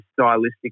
stylistic